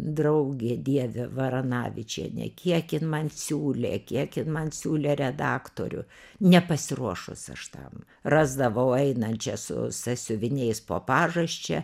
draugė dieve varanavičienė kiek jin man siūlė kiek jin man siūlė redaktorių nepasiruošus aš tam rasdavau einančią su sąsiuviniais po pažasčia